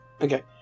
okay